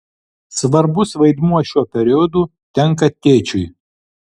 svarbus vaidmuo šiuo periodu tenka tėčiui